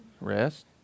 Rest